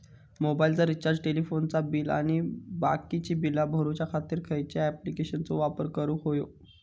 मोबाईलाचा रिचार्ज टेलिफोनाचा बिल आणि बाकीची बिला भरूच्या खातीर खयच्या ॲप्लिकेशनाचो वापर करूक होयो?